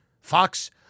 Fox